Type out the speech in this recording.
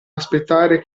aspettare